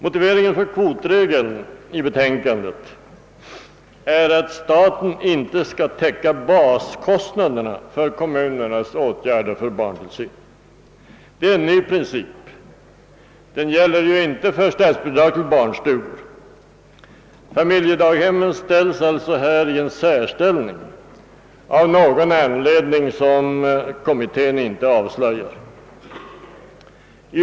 Motiveringen för kvotregeln i betänkandet är att staten inte skall täcka baskostnaderna för kommunernas åtgärder för barntillsyn. Detta är en ny princip, som inte gäller för statsbidrag till - barnstugor. Familjedaghemmen ställs alltså av någon anledning, som kommittén inte avslöjar, i en särställning.